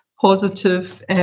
positive